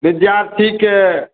विद्यार्थीके